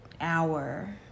hour